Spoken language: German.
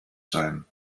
sein